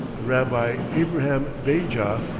the rabbi abraham beja,